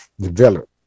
develop